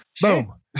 Boom